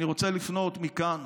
אני רוצה לפנות מכאן